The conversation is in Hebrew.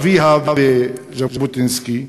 אביה וז'בוטינסקי,